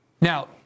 Now